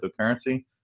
cryptocurrency